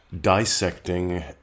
Dissecting